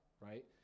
right